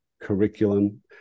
curriculum